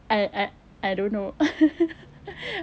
I I I don't know